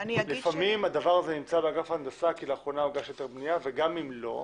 לפעמים הדבר הזה נמצא באגף הנדסה וגם אם לא,